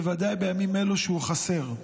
בוודאי כשבימים אלה הוא חסר.